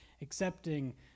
accepting